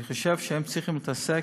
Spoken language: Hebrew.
אני חושב שהם צריכים להתעסק,